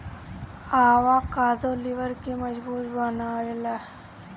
avocado लिबर के मजबूत बनावेला